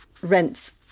rents